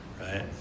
Right